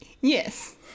yes